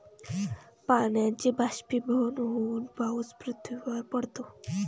पाण्याचे बाष्पीभवन होऊन पाऊस पृथ्वीवर पडतो